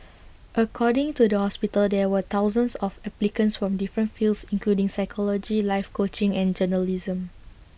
according to the hospital there were thousands of applicants from different fields including psychology life coaching and journalism